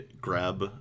grab